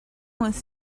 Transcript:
was